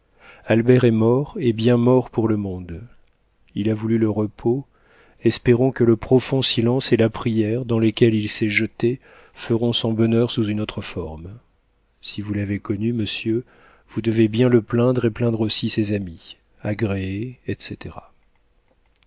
albert est mort et bien mort pour le monde il a voulu le repos espérons que le profond silence et la prière dans lesquels il s'est jeté feront son bonheur sous une autre forme si vous l'avez connu monsieur vous devez bien le plaindre et plaindre aussi ses amis agréez etc